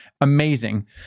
amazing